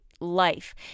life